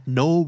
no